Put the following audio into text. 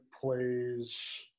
plays